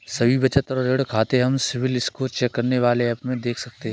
सभी बचत और ऋण खाते हम सिबिल स्कोर चेक करने वाले एप में देख सकते है